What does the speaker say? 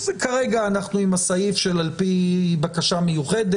אז כרגע אנחנו עם הסעיף של על פי בקשה מיוחדת.